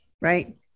right